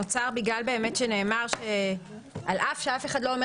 נוצר בגלל שנאמר שעל אף שאף אחד לא אומר